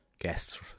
guests